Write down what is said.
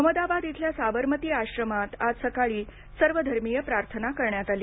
अहमदाबाद इथल्या साबरमती आश्रमात आज सकाळी सर्वधर्मीय प्रार्थना करण्यात आली